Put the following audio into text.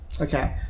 okay